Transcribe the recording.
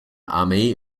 armee